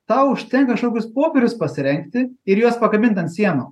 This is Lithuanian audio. tau užtenk kažkokius popierius pasirengti ir juos pakabint ant sienų